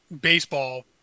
baseball